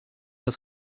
het